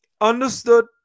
Understood